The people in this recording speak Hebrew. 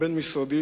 הבין-משרדי,